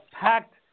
packed